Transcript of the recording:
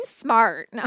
smart